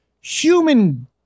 human